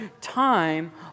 time